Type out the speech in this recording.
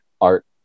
art